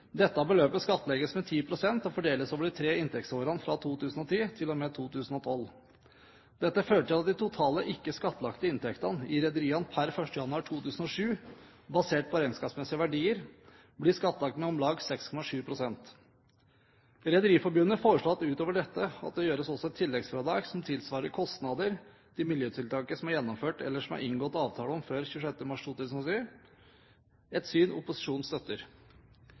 Dette beløpet skattlegges med 10 pst. og fordeles over de tre inntektsårene, fra 2010 til 2012. Dette fører til at de totale ikke skattlagte inntektene i rederiene per 1. januar 2007, basert på regnskapsmessige verdier, blir skattlagt med om lag 6,7 pst. Rederiforbundet foreslår at det utover dette gjøres et tilleggsfradrag som tilsvarer kostnader til miljøtiltak som er gjennomført, eller som det er inngått avtale om før 26. mars 2010 – et syn opposisjonen støtter.